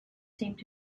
seemed